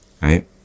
right